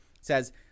Says